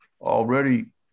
already